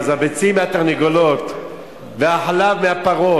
אז הביצים מהתרנגולות והחלב מהפרות.